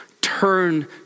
Turn